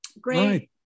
great